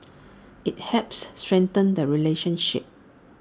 IT helps strengthen the relationship